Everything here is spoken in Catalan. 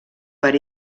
per